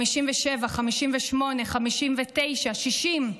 57, 58, 59, 60,